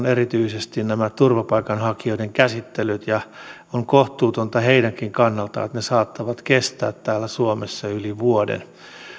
erityisesti nämä turvapaikanhakijoiden käsittelyt on kohtuutonta heidänkin kannaltaan että ne saattavat kestää täällä suomessa yli vuoden